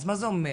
מה זה אומר,